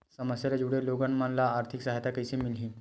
समस्या ले जुड़े लोगन मन ल आर्थिक सहायता कइसे मिलही?